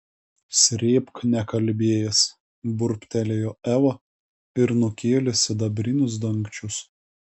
srėbk nekalbėjęs burbtelėjo eva ir nukėlė sidabrinius dangčius